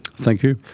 thank you.